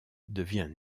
devient